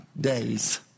days